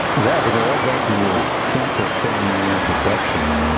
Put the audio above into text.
well, to go right back to your central point in your introduction.